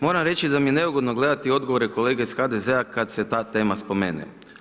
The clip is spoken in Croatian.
Moram reći da mi je neugodno gledati odgovore kolege iz HDZ-a kada se ta tema spominje.